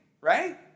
right